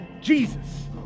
Jesus